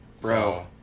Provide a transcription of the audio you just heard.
bro